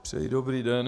Přeji dobrý den.